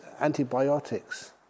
antibiotics